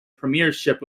premiership